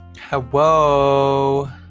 Hello